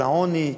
של העוני,